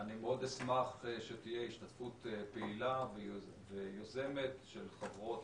אני מאוד אשמח שתהיה השתתפות פעילה ויוזמת של חברות